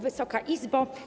Wysoka Izbo!